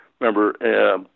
Remember